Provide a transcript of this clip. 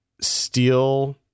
steal